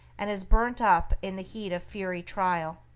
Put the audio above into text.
and is burnt up in the heat of fiery trial.